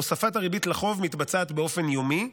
הוספת הריבית לחוב מתבצעת באופן יומי,